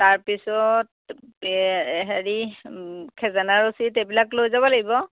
তাৰ পিছত হেৰি খেজানা ৰচিদ এইবিলাক লৈ যাব লাগিব